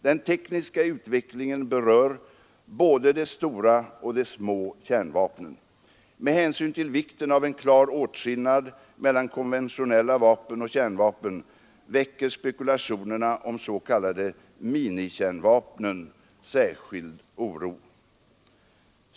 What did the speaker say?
Den tekniska utvecklingen berör både de stora och de små kärnvapnen. Med hänsyn till vikten av en klar åtskillnad mellan konventionella vapen och kärnvapen väcker spekulationerna om s.k. minikärnvapen särskild oro.